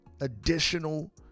additional